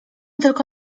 tylko